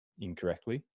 incorrectly